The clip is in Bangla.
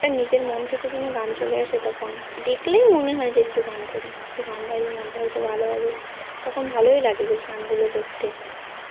এটা নিজের মন থেকে যেন গান চলে আসে তখন দেখলেই মনে হয় যে একটু গান করি একটু গান গাইলে মনটা হয়তো ভালো হবে তখন ভালোই লাগে বেশ গানগুলো করতে